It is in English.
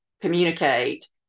communicate